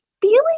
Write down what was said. feeling